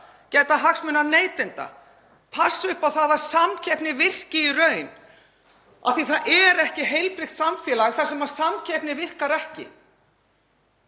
gæta hagsmuna neytenda, passa upp á að samkeppnin virki í raun af því að það er ekki heilbrigt samfélag þar sem samkeppnin virkar ekki.